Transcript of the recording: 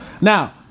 Now